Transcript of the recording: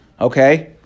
okay